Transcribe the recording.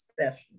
special